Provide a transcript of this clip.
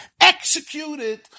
executed